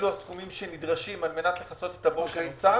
אלה הסכומים שנדרשים על מנת לכסות את הבור שנוצר.